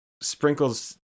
sprinkles